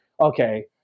Okay